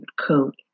coat